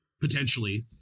potentially